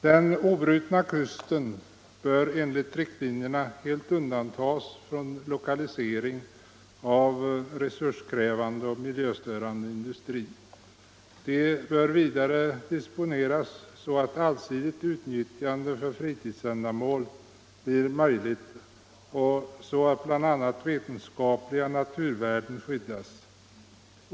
”De obrutna kusterna bör enligt riktlinjerna helt undantas från lokalisering av resurskrävande och miljöstörande industri. De bör vidare disponeras så att allsidigt utnyttjande för fritidsändamål blir möjligt och så att bl.a. vetenskapliga naturvärden skyddas.